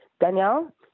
Danielle